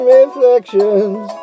reflections